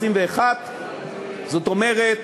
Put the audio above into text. זאת אומרת,